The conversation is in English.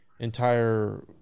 entire